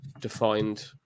defined